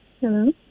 Hello